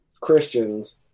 Christians